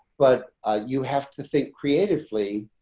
but you have to think creatively.